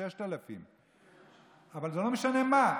6,000. אבל זה לא משנה מה.